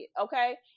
okay